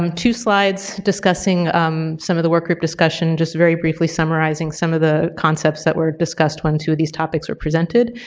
um two slides discussing um some of the work group discussion, just very briefly summarizing some of the concepts that were discussed when two of these topics were presented.